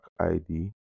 ID